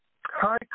hi